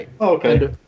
okay